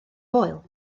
foel